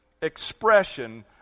expression